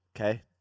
Okay